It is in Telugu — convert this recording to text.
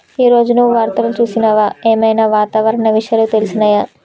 ఈ రోజు నువ్వు వార్తలు చూసినవా? ఏం ఐనా వాతావరణ విషయాలు తెలిసినయా?